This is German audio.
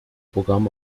programm